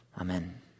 Amen